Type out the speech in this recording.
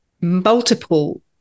multiple